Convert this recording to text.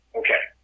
okay